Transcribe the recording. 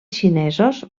xinesos